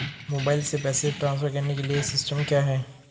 Mobile से पैसे transfer करने के लिए सिस्टम क्या है?